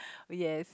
yes